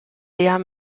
der